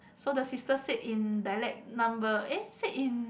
so the sister said in dialect number eh said in